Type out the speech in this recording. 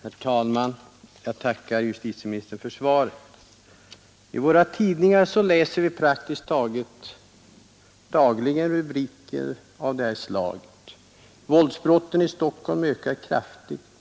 Herr talman! Jag tackar justitieministern för svaret. I våra tidningar läser vi praktiskt taget dagligen rubriker av det här slaget: ”Våldsbrotten i Stockholm ökar kraftigt.